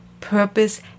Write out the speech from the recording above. purpose